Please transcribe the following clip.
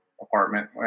apartment